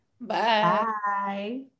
bye